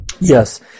Yes